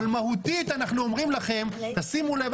אבל מהותית אנחנו אומרים לכם: תשימו לב,